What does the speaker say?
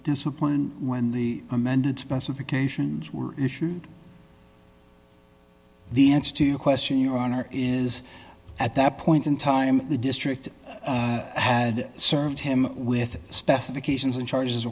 discipline when the amended most of occasions were issued the answer to your question your honor is at that point in time the district had served him with specifications and charges